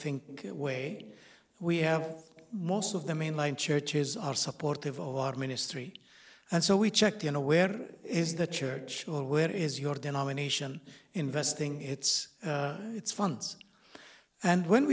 think way we have most of the mainline churches are supportive of our ministry and so we checked you know where is the church or where is your denomination investing its its funds and when